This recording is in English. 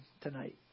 tonight